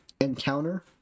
encounter